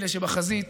אלה שבחזית,